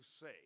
say